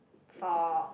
for